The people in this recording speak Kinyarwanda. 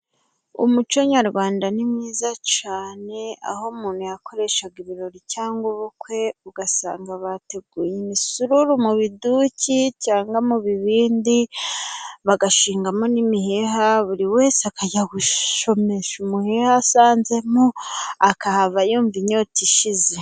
Umuco nyarwanda ni mwiza cyane, aho umuntu yakoreshaga ibirori cyangwa ubukwe, ugasanga bateguye imisururu mu biduki, cyangwa mu bibindi. Bagashingamo n'imiheha buri wese akajya gusomesha umuheha asanzemo, akahava yumva inyota ishize.